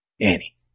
Annie